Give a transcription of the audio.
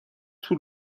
طول